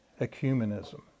ecumenism